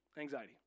anxiety